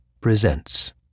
presents